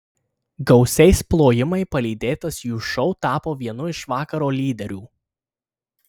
gausiais plojimai palydėtas jų šou tapo vienu iš vakaro lyderių